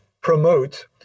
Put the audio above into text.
promote